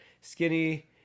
skinny